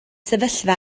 sefyllfa